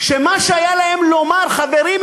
שמה שהיה להם לומר זה: חברים,